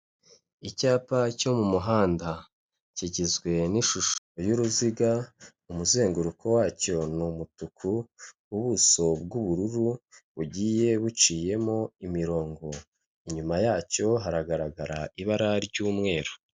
Icyapa cyo mu muhanda kigizwe n'ishusho y'uruziga, umuzenguruko wacyo ni umutuku, ubuso bw'ubururu bugiye buciyemo imirongo, inyuma yacyo haragaragara ibara ry'umweru.